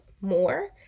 more